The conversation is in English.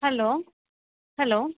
hello hello